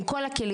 עם כל הכלים,